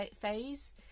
phase